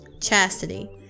Chastity